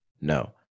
No